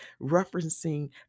referencing